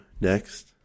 Next